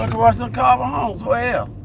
and washington carver homes where yeah